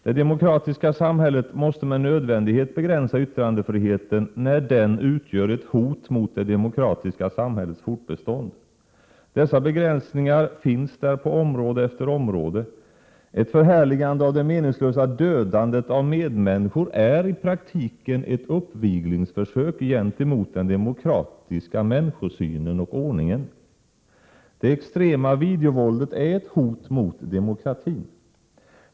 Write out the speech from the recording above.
Det demokratiska samhället måste med nödvändighet begränsa yttrandefriheten när den utgör ett hot mot det demokratiska samhällets fortbestånd. Dessa begränsningar finns där på område efter område. Ett förhärligande av det meningslösa dödandet av medmänniskor är i praktiken ett uppviglingsförsök gentemot den demokratiska människosynen och ordningen. Det extrema videovåldet är ett hot mot demokratin.